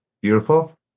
Beautiful